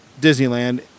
Disneyland